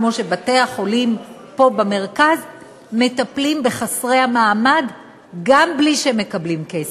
כמו שבתי-החולים פה במרכז מטפלים בחסרי המעמד גם בלי שהם מקבלים כסף.